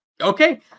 Okay